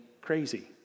crazy